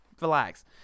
relax